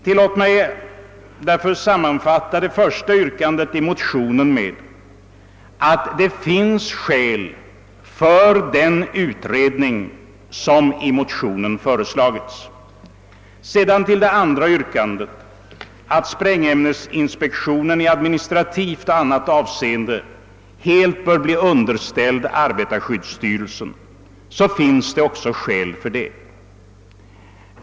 Tillåt mig därför sammanfatta det första yrkandet i motionen så, att det finns skäl för den utredning som föreslagits. Så till det andra yrkandet, nämligen att sprängämnesinspektionen i administrativt och annat avseende helt bör bli underställd arbetarskyddsstyrelsen. Det finns skäl också för det.